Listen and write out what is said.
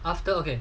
after okay